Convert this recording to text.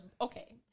okay